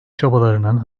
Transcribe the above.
çabalarının